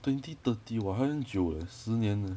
twenty thirty !wah! 还很久 leh 十年 eh